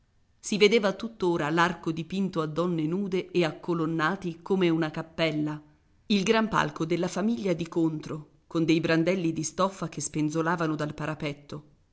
si vedeva tuttora l'arco dipinto a donne nude e a colonnati come una cappella il gran palco della famiglia di contro con dei brandelli di stoffa che spenzolavano dal parapetto